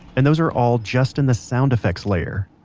and those are all just in the sound effects layer.